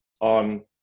on